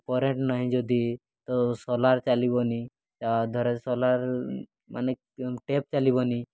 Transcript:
current ନାହିଁ ଯଦି ତ ସୋଲାର୍ ଚାଲିବନି ତ ଧର ସୋଲାର୍ ମାନେ ଟ୍ୟାପ୍ ଚାଲିବନି